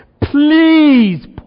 Please